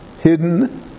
hidden